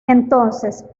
entonces